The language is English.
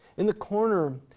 in the corner,